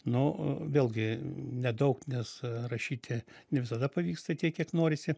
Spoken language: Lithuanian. nu vėlgi nedaug nes rašyti ne visada pavyksta tiek kiek norisi